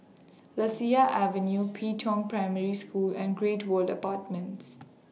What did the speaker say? Lasia Avenue Pi Tong Primary School and Great World Apartments